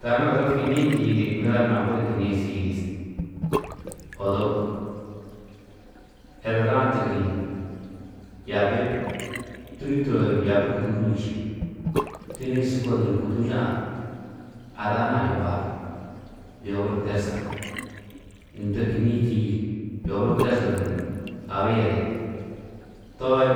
Tani odo kînniĩ tîyiidi ŋila budi kînniĩ tîyiidi, odu eredu-ã tigirĩ, yaabi, tûnni turo du yaabi kûduguruu čî, tûnni-ĩ su kônuru kûduguru-ã ada hunã yobaar, yoburu tersar, yum to kînniĩ tîyiidi yoburu tersuru ni abi yeri, toi